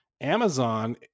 Amazon